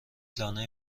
لانه